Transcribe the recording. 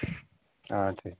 ஆ சரி